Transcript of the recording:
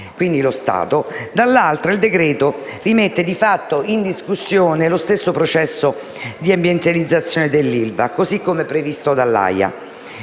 quindi lo Stato; dall'altra il decreto-legge rimette di fatto in discussione lo stesso processo di ambientalizzazione dell'ILVA, così come previsto dall'AIA,